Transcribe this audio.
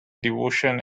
devotion